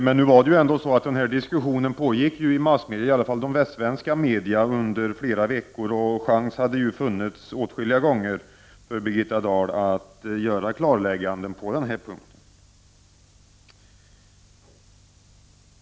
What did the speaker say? Men den här diskussionen pågick i massmedia, ialla fall i de västsvenska medierna, under flera veckor och chans hade funnits åtskilliga gånger för Birgitta Dahl att göra klarlägganden på den här punkten.